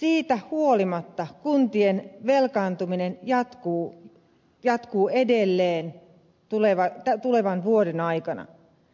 siitä huolimatta kuntien velkaantuminen jatkuu edelleen tulevan vuoden aikana